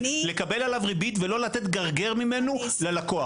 לקבל עליו ריבית ולא לתת גרגיר ממנו ללקוח?